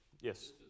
Yes